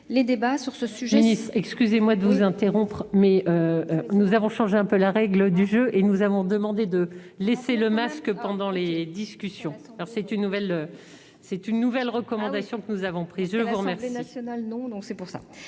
les débats sur ce sujet